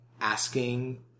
asking